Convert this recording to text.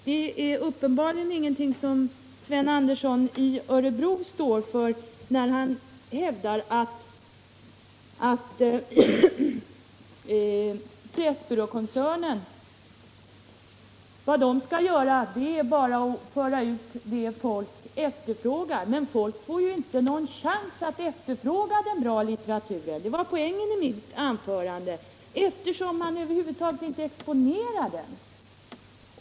Det är uppenbarligen ingenting som Sven Andersson i Örebro står för när han hävdar att vad Pressbyråkoncernen skall göra är bara att föra ut vad folk efterfrågar. Men folk får ju ingen chans att efterfråga den goda litteraturen — det var poängen i mitt anförande — eftersom den över huvud taget inte exponeras.